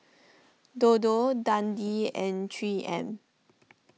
Dodo Dundee and three M